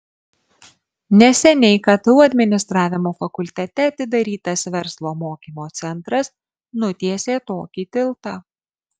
neseniai ktu administravimo fakultete atidarytas verslo mokymo centras nutiesė tokį tiltą